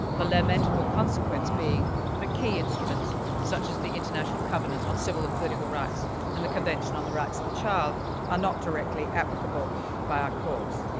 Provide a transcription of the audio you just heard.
the lamentable consequence being that key instruments such as the international covenant on civil and political right and the convention on the rights of the child are not directly applicable by our courts.